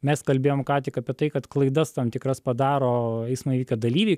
mes kalbėjom ką tik apie tai kad klaidas tam tikras padaro eismo įvykio dalyviai